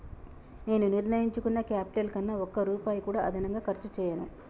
నేను నిర్ణయించుకున్న క్యాపిటల్ కన్నా ఒక్క రూపాయి కూడా అదనంగా ఖర్చు చేయను